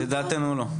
לדעתנו לא.